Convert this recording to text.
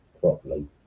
properly